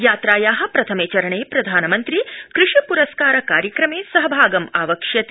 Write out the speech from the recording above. यात्राया प्रथमे चरणे प्रधानमन्त्री कृषि प्रस्कार कार्यक्रमे सहभागं आवक्ष्यति